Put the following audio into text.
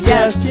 Yes